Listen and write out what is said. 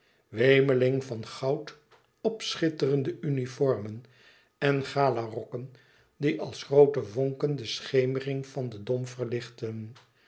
wemeling van goud opschitterende uniformen en galarokken die als groote vonken de schemering van den dom verlichten